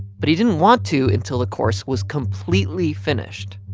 but he didn't want to until the course was completely finished.